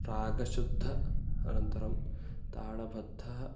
रागशुद्धम् अनन्तरं तालबद्धम्